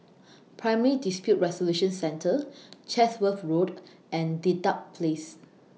Primary Dispute Resolution Centre Chatsworth Road and Dedap Place